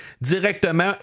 directement